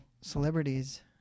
celebrities